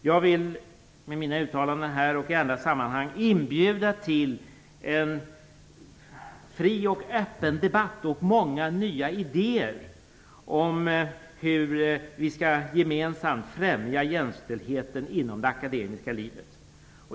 Jag vill med mina uttalanden här och i andra sammanhang inbjuda till en fri och öppen debatt och många nya idéer om hur vi skall gemensamt främja jämställdheten inom det akademiska livet.